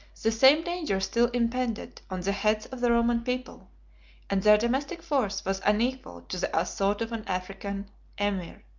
the same danger still impended on the heads of the roman people and their domestic force was unequal to the assault of an african emir.